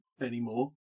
anymore